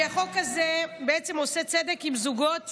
כי החוק הזה עושה צדק עם זוגות שמתגרשים.